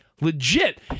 legit